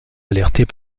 alertés